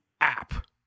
app